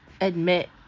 admit